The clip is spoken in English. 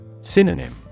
Synonym